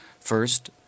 First